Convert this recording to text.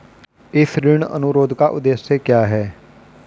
इस ऋण अनुरोध का उद्देश्य क्या है?